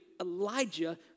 Elijah